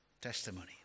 testimony